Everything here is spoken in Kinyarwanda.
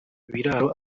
biraro